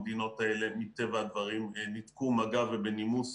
המדינות האלה מטבע הדברים ניתקו מגע ובנימוס